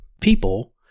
People